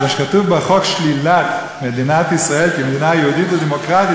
כשכתוב בחוק "שלילת מדינת ישראל כמדינה יהודית ודמוקרטית",